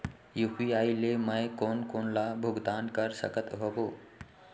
UPI ले मैं कोन कोन ला भुगतान कर सकत हओं?